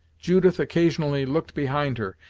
judith occasionally looked behind her,